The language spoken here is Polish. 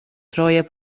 troje